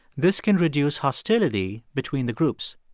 this can reduce hostility between the groups.